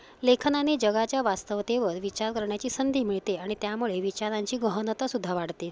लेखनाने जगाच्या वास्तवतेवर विचार करण्याची संधी मिळते आणि त्यामुळे विचारांची गहनतासुद्धा वाढते